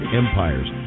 empires